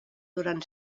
duren